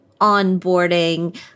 onboarding